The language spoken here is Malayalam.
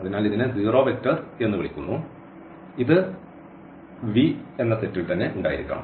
അതിനാൽ ഇതിനെ സീറോ വെക്റ്റർ എന്ന് വിളിക്കുന്നു ഇത് V സെറ്റിൽ ഉണ്ടായിരിക്കണം